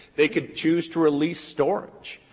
they could choose to release storage.